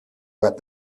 what